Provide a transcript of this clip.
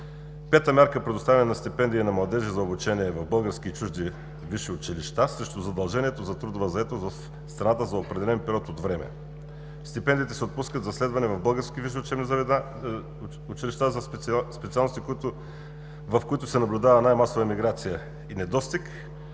Пета мярка – предоставяне на стипендии на младежи за обучение в български и чужди висши училища срещу задължението за трудова заетост в страната за определен период от време. Стипендиите се отпускат за следване в български висши учебни училища за специалности, в които са наблюдава най-масова емиграция и недостиг,